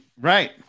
right